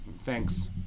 Thanks